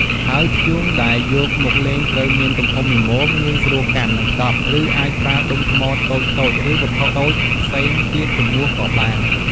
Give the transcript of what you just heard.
ហើយធ្យូងដែលយកមកលេងត្រូវមានទំហំល្មម ងាយស្រួលកាន់ និងកប់ ឬអាចប្រើដុំថ្មតូច ឬវត្ថុតូចផ្សេងទៀតជំនួសក៏បាន។